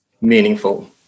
meaningful